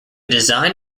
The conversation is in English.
design